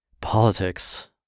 politics